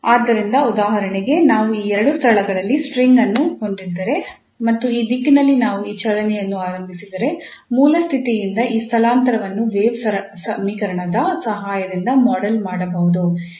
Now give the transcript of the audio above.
ಆದ್ದರಿಂದ ಉದಾಹರಣೆಗೆ ನಾವು ಈ ಎರಡು ಸ್ಥಳಗಳಲ್ಲಿ ಸ್ಟ್ರಿಂಗ್ ಅನ್ನು ಹೊಂದಿದ್ದರೆ ಮತ್ತು ಈ ದಿಕ್ಕಿನಲ್ಲಿ ನಾವು ಈ ಚಲನೆಯನ್ನು ಆರಂಭಿಸಿದರೆ ಮೂಲ ಸ್ಥಿತಿಯಿಂದ ಈ ಸ್ಥಳಾಂತರವನ್ನು ವೇವ್ ಸಮೀಕರಣದ ಸಹಾಯದಿಂದ ಮಾಡೆಲ್ ಮಾಡಬಹುದು